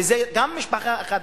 וזה גם משפחה אחת,